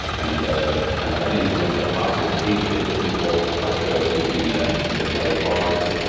and the influenza-positive cases enrolled are showed in the the yellow bars,